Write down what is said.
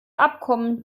abkommen